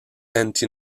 anti